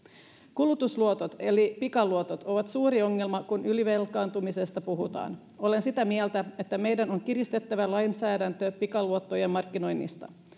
kulutusluotot eli pikaluotot ovat suuri ongelma kun ylivelkaantumisesta puhutaan olen sitä mieltä että meidän on kiristettävä lainsäädäntöä pikaluottojen markkinoinnista